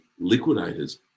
liquidator's